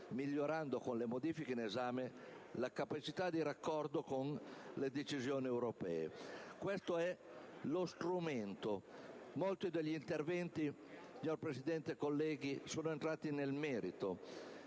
migliorando con le modifiche in esame la capacità di raccordo con le decisioni europee. Questo è lo strumento. Molti degli interventi, signor Presidente, colleghi, sono entrati nel merito,